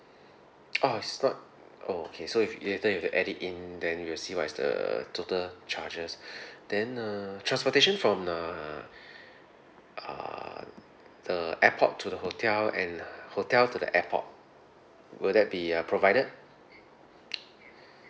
ah it's not oh okay so if later you have to add it in then you will see what is the total charges then uh transportation from uh err the airport to the hotel and hotel to the airport will that be uh provided